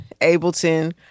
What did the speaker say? Ableton